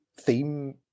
theme